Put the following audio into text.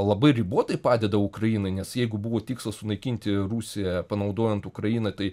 labai ribotai padeda ukrainai nes jeigu buvo tikslas sunaikinti rusiją panaudojant ukrainą tai